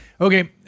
Okay